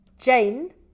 Jane